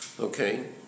Okay